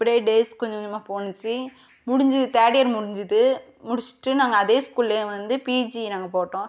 அப்படியே டேஸ் கொஞ்சம் கொஞ்சமாக போனிச்சி முடிஞ்சு தேர்டு இயர் முடிஞ்சுது முடிச்சுட்டு நாங்கள் அதே ஸ்கூல வந்து பீஜி நாங்கள் போட்டோம்